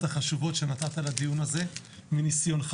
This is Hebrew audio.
החשובות שנתת לדיון הזה מניסיונך.